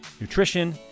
nutrition